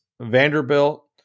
Vanderbilt